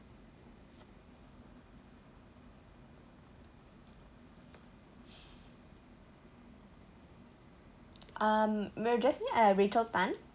um may address me uh rachel tan